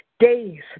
Days